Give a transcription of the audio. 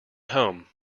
home